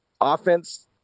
offense